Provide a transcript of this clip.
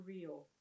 real